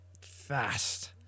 fast